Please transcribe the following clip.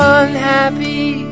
unhappy